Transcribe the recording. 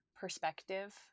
perspective